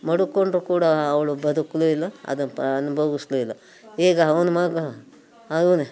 ಮಡುಕೊಂಡರೂ ಕೂಡ ಅವಳು ಬದುಕಲೂ ಇಲ್ಲ ಅದನ್ನ ಅನುಭವಿಸ್ಲೂ ಇಲ್ಲ ಈಗ ಅವ್ನ ಮಗ ಅವ್ನ